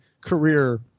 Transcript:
career